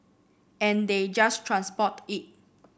and they just transport it